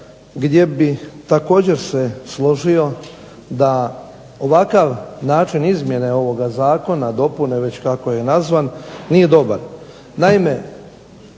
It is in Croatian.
gdje bih također se složio da ovakav način izmjene Zakona, dopune već kako je nazvan, nije dobar.